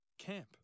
camp